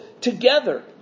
together